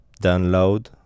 download